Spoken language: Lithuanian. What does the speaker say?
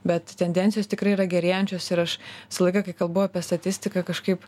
bet tendencijos tikrai yra gerėjančios ir aš visą laiką kai kalbu apie statistiką kažkaip